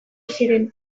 ziren